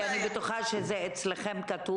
פשוט זאת הבשורה הכי טובה ששמעתי בחיים שלי לחג.